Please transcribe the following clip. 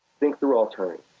think through alternatives.